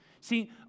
See